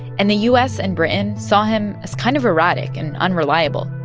and the u s. and britain saw him as kind of erratic and unreliable,